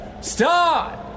start